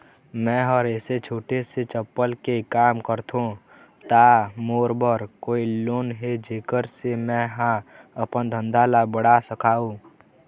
मैं हर ऐसे छोटे से चप्पल के काम करथों ता मोर बर कोई लोन हे जेकर से मैं हा अपन धंधा ला बढ़ा सकाओ?